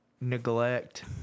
neglect